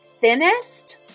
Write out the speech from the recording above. thinnest